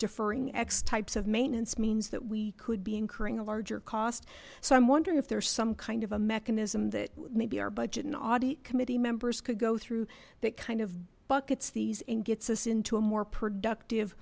deferring x types of maintenance mean that we could be incurring a larger cost so i'm wondering if there's some kind of a mechanism that maybe our budget and audit committee members could go through that kind of buckets these and gets us into a more productive